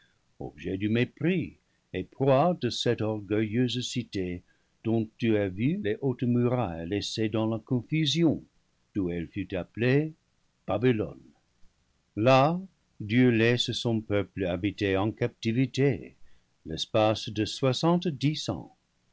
objets du mépris et proie de cette orgueilleuse cité dont tu as vu les hautes murailles laissées dans la confusion d'où elle fut appelée babylone là dieu laisse son peuple habiter en captivité l'espace de soixante-dix ans